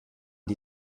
die